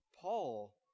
Paul